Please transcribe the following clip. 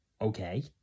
okay